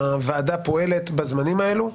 פועלת בזמנים האלה,